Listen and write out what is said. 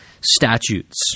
statutes